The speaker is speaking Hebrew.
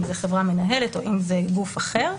אם זו חברה מנהלת או אם זה גוף אחר.